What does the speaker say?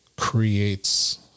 creates